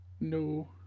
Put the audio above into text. No